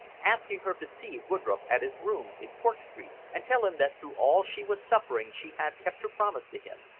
asking her to see woodroffe at his rooms in cork street, and tell him that through all she was suffering she had kept her promise to him,